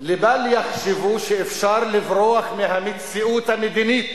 לבל יחשבו שאפשר לברוח מהמציאות המדינית